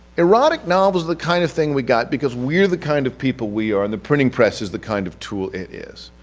erotic novels are the kind of thing we got because we are the kind of people we are and the printing press is the kind of tool it is.